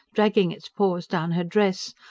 dragging its paws down her dress,